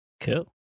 Cool